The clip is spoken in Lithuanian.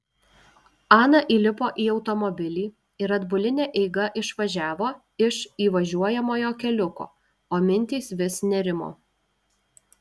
ana įlipo į automobilį ir atbuline eiga išvažiavo iš įvažiuojamojo keliuko o mintys vis nerimo